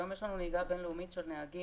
היום יש לנו נהיגה בין-לאומית של נהגים,